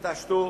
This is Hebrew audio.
תתעשתו